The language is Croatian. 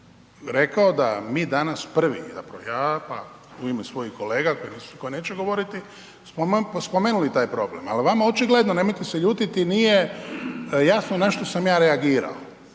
rekao da mi danas prvi, zapravo ja, pa u ime svojih kolega koji neće govoriti, smo spomenuli taj problem, al vama očigledno, nemojte se ljutiti, nije jasno na što sam ja reagirao,